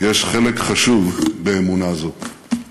יש חלק חשוב באמונה זו.